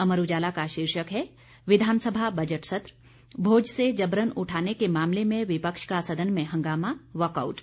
अमर उजाला का शीर्षक है विधानसभा बजट सत्र भोज से जबरन उठाने के मामले में विपक्ष का सदन में हंगामा वॉकआउट